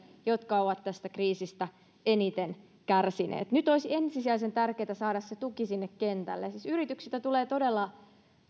jotka ovat tästä kriisistä eniten kärsineet nyt olisi ensisijaisen tärkeää saada se tuki sinne kentälle siis yrityksiltä tulee todella